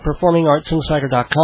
PerformingArtsInsider.com